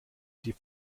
die